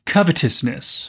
Covetousness